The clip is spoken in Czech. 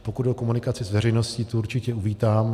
Pokud jde o komunikaci s veřejností, tu určitě uvítám.